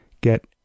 get